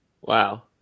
Wow